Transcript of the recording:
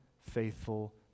faithful